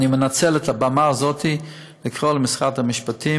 אני מנצל את הבמה הזאת לקרוא למשרד המשפטים